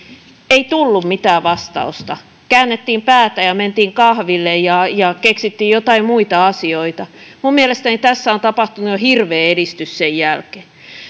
ei tullut mitään vastausta käännettiin päätä ja mentiin kahville ja ja keksittiin joitain muita asioita mielestäni tässä on tapahtunut jo hirveä edistys sen jälkeen